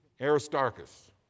Aristarchus